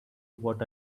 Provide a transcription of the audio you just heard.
what